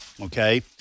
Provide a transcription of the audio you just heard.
okay